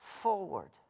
forward